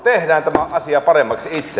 tehdään tämä asia paremmaksi itse